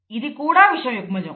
ఇది కూడా విషమయుగ్మజము